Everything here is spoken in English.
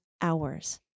hours